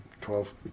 Twelve